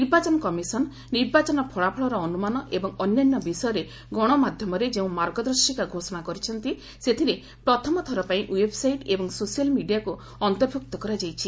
ନିର୍ବାଚନ କମିଶନ ନିର୍ବାଚନ ଫଳାଫଳର ଅନୁମାନ ଏବଂ ଅନ୍ୟାନ୍ୟ ବିଷୟରେ ଗଣମାଧ୍ୟମରେ ଯେଉଁ ମାର୍ଗଦର୍ଶିକା ଘୋଷଣା କରିଛନ୍ତି ସେଥିରେ ପ୍ରଥମଥର ପାଇଁ ଓ୍ୱେବ୍ସାଇଟ୍ ଏବଂ ସୋସିଆଲ୍ ମିଡ଼ିଆକୁ ଅନ୍ତର୍ଭୁକ୍ତ କରାଯାଇଛି